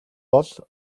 бол